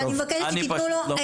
ואני מבקשת שתיתנו לו.